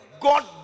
God